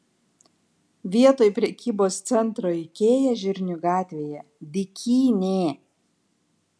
vietoj prekybos centro ikea žirnių gatvėje dykynė